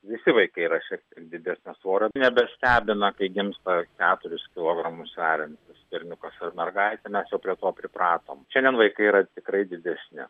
visi vaikai yra šiek tiek didesnio svorio nebestebina kai gimsta keturis kilogramus sveriantis berniukas ar mergaitė mes jau prie to pripratom šiandien vaikai yra tikrai didesni